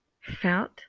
Felt